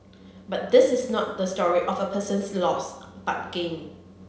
but this is not the story of a person's loss but gain